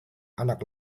anak